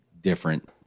different